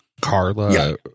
Carla